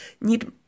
need